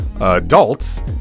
adults